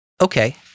Okay